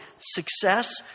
success